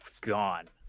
gone